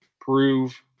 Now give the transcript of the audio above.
prove